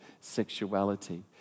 sexuality